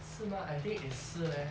是 mah I think is 是 leh